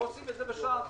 לא מאשרים את זה בשעה אחת.